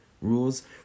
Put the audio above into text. rules